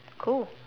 cool